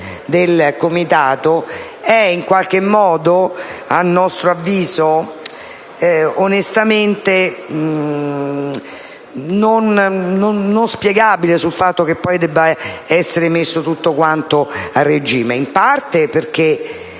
del Comitato è in qualche modo, a nostro avviso, onestamente non spiegabile attraverso il fatto che poi debba essere messo tutto quanto a regime. Vi farò omaggio